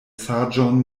saĝon